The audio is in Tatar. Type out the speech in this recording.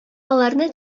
аларны